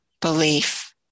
belief